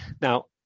Now